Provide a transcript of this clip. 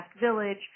Village